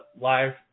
live